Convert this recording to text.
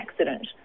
accident